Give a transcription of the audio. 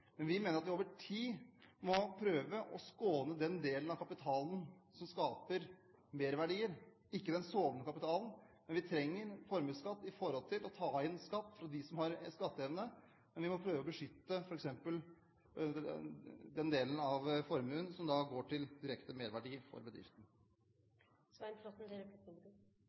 men vi mener at vi over tid må prøve å skåne den delen av kapitalen som skaper mer verdier, ikke den sovende kapitalen. Vi trenger formuesskatt og å ta inn skatt fra dem som har skatteevne, men vi må prøve å beskytte f.eks. den delen av formuen som da går til direkte merverdi for